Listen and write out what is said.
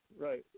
right